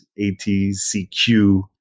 ATCQ